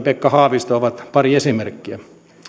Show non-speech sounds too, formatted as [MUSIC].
[UNINTELLIGIBLE] pekka haavisto ovat pari esimerkkiä